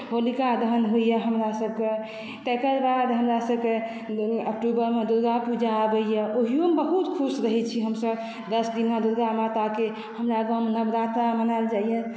होलिका दहन होइए हमरासभके तकर बाद हमरासभके अक्टूबरमे दुर्गापूजा आबैए ओहियोमे बहुत खुश रहैत छी हमसभ दस दिना दुर्गा माताके हमरा गाँवमे नवरात्रा मनायल जाइए